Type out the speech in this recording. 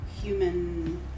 Human